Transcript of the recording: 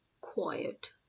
quiet